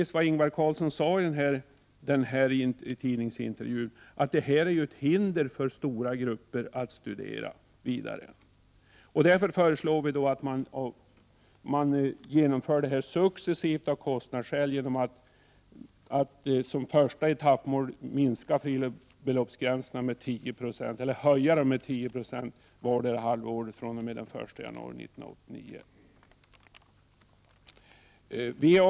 Som Ingvar Carlsson sade i den här tidningsintervjun utgör ju detta ett hinder för stora grupper att studera vidare. Därför föreslår vi att man av kostnadsskäl genomför det här successivt, genom att som första etapp minska fribeloppsgränserna med 10 96 eller höja dem med 10 26 vardera halvåret fr.o.m. den 1 januari 1989.